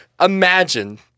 imagine